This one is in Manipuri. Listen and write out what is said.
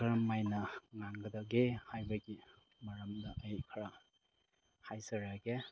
ꯀꯔꯝꯍꯥꯏꯅ ꯉꯥꯡꯒꯗꯒꯦ ꯍꯥꯏꯕꯒꯤ ꯃꯔꯝꯗ ꯑꯩ ꯈꯔ ꯍꯥꯏꯖꯔꯛꯑꯒꯦ